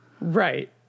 right